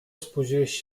spóźniłeś